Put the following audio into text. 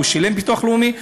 הוא שילם ביטוח לאומי,